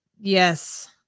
yes